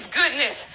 goodness